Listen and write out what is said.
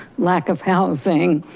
lack of housing.